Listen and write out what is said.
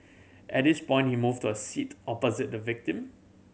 at this point he moved to a seat opposite the victim